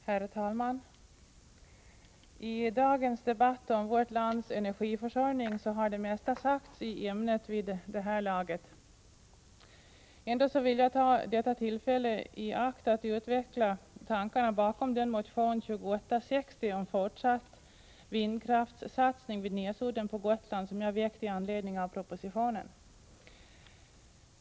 Herr talman! I dagens debatt om vårt lands energiförsörjning har det mesta i ämnet sagts vid det här laget. Ändå vill jag ta detta tillfälle i akt att utveckla tankarna bakom den motion, 2860, om fortsatt vindkraftssatsning vid Näsudden på Gotland som jag väckt i anledning av propositionen.